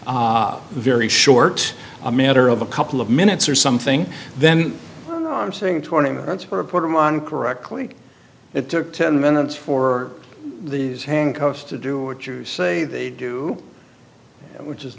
very short a matter of a couple of minutes or something then i'm saying twenty minutes for a put them on correctly it took ten minutes for these handcuffs to do what you say they do which is